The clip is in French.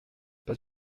pas